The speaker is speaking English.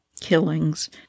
killings